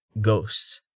ghosts